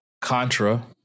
Contra